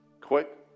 quick